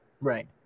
Right